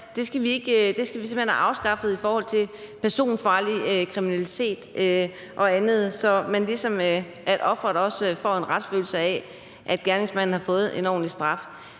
på, at vi simpelt hen skal have afskaffet strafferabat i forbindelse med personfarlig kriminalitet og andet, så offeret også får en følelse af, at gerningsmanden har fået en ordentlig straf.